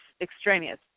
extraneous